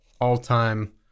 all-time